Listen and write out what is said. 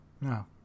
No